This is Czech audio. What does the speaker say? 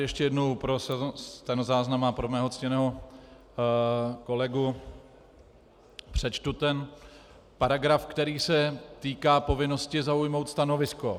Ještě jednou pro stenozáznam a pro mého ctěného kolegu přečtu ten paragraf, který se týká povinnosti zaujmout stanovisko.